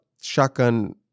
Shotgun